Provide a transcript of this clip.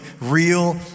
real